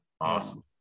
Awesome